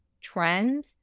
trend